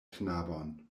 knabon